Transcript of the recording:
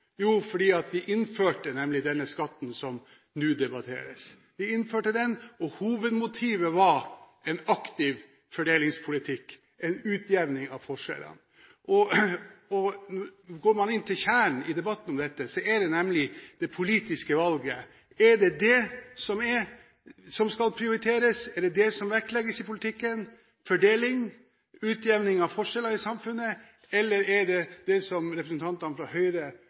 Jo, fordi vi nemlig innførte denne skatten som nå debatteres. Vi innførte den, og hovedmotivet var en aktiv fordelingspolitikk – en utjevning av forskjeller. Går man inn i kjernen av debatten om dette, er det nemlig et politisk valg: Er det det som er, som skal prioriteres, er det det som vektlegges i politikken – fordeling og utjevning av forskjeller i samfunnet – eller er det det som representantene fra Høyre